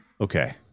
okay